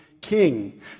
king